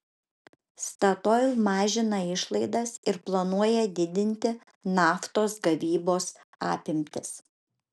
statoil mažina išlaidas ir planuoja didinti naftos gavybos apimtis